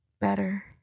better